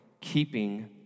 keeping